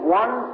one